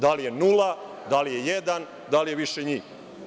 Da li je nula, da li je jedan, da li je više njih?